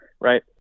Right